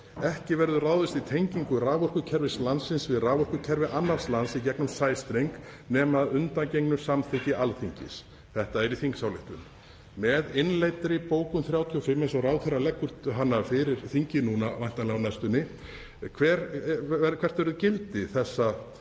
„Ekki verður ráðist í tengingu raforkukerfis landsins við raforkukerfi annars lands í gegnum sæstreng nema að undangengnu samþykki Alþingis.“ Þetta er í þingsályktun. Með innleiddri bókun 35, eins og ráðherra leggur hana fyrir þingið væntanlega núna á næstunni, hvert verður gildi þessa